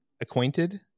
acquainted